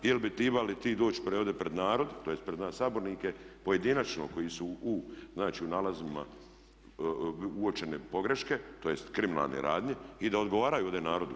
Jel bi trebali ti doći ovdje pred narod tj. pred nas sabornike pojedinačno koji su u nalazima uočene pogreške, tj. kriminalne radnje i da odgovaraju ovdje narodu.